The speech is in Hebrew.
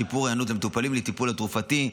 שיפור היענות למטופלים לטיפול התרופתי,